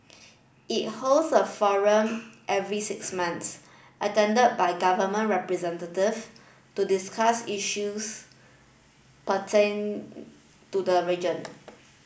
it holds a forum every six months attended by government representative to discuss issues putting to the region